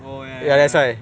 oh ya ya ya